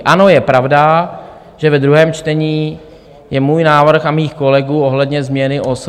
Ano, je pravda, že ve druhém čtení je návrh můj a mých kolegů ohledně změny OSŘ.